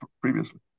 previously